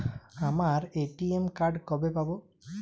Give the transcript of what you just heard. আমার ATM card কবে পাব?